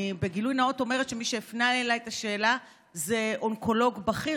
אני בגילוי נאות אומרת שמי שהפנה אליי את השאלה זה אונקולוג בכיר,